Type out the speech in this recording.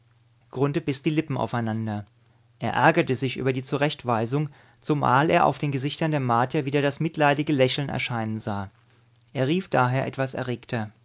biß die lippen aufeinander er ärgerte sich über die zurechtweisung zumal er auf den gesichtern der martier wieder das mitleidige lächeln erscheinen sah er rief daher etwas